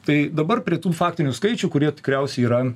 tai dabar prie tų faktinių skaičių kurie tikriausiai yra